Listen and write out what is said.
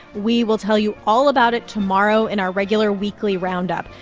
we will tell you all about it tomorrow in our regular weekly roundup.